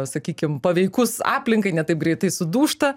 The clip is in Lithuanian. sakykim paveikus aplinkai ne taip greitai sudūžta